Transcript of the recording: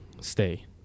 stay